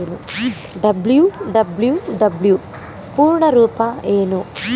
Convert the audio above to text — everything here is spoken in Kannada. ಡಬ್ಲ್ಯೂ.ಡಬ್ಲ್ಯೂ.ಡಬ್ಲ್ಯೂ ಪೂರ್ಣ ರೂಪ ಏನು?